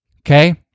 okay